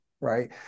right